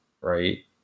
right